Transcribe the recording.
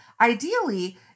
Ideally